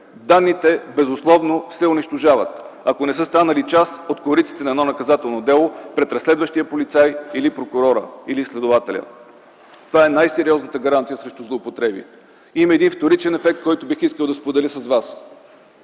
Данните безусловно се унищожават, ако не са станали част от кориците на едно наказателно дело пред разследващия полицай или прокурора, или следователя. Това е най-сериозната гаранция срещу злоупотреби. Има един вторичен ефект, който бих искал да споделя с вас,